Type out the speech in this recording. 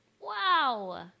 Wow